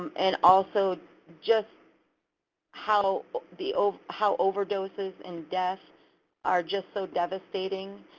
and also just how the, how overdoses and deaths are just so devastating.